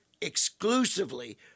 exclusively